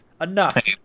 Enough